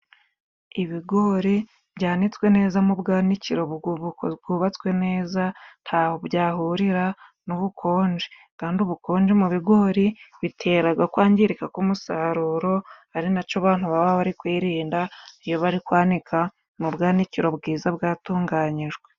Ibigori byanitswe neza mu bwanikiro bwubatswe neza ntaho byahurira n'ubukonje kandi ubukonje mu bigori biteraga kwangirika k'umusaruro ari naco abantu baba bari kwirinda iyo bari kwanika mu bwawanikiro bwiza bwatunganyijwe.